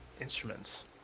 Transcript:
instruments